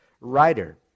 writer